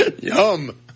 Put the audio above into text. Yum